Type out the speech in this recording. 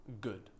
good